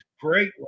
great